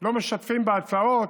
לא משתפים בהצעות,